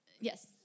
yes